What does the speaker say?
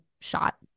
shot